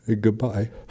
goodbye